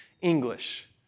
English